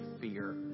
fear